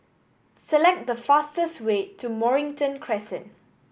select the fastest way to Mornington Crescent